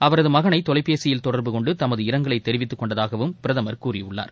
அவரது மகளை தொலைபேசியில் தொடர்பு கொண்டு தமது இரங்கலை தெரிவித்துக் கொண்டதாகவும் பிரதமர் கூறியுள்ளார்